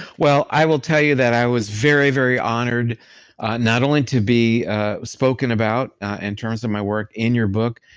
well, i will tell you that i was very, very honored not only to be spoken about in terms of my work in your book,